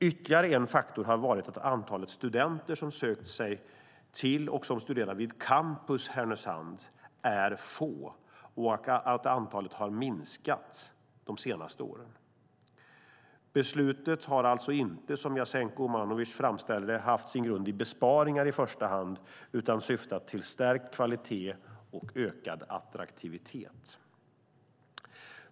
Ytterligare en faktor har varit att antalet studenter som sökt sig till och som studerar vid campus Härnösand är få och att antalet har minskat de senaste åren. Beslutet har alltså inte, som Jasenko Omanovic framställer det, haft sin grund i besparingar i första hand utan syftat till stärkt kvalitet och ökad attraktivitet.